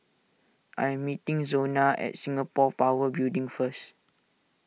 I am meeting Zona at Singapore Power Building first